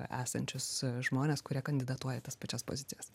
esančius žmones kurie kandidatuoja į tas pačias pozicijas